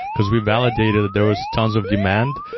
because we validated that there was tons of demand,